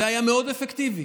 זה היה מאוד אפקטיבי.